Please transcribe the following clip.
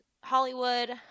Hollywood